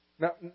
Now